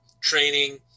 training